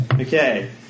Okay